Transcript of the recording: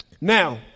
Now